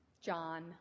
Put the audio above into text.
John